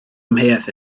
amheuaeth